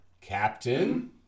Captain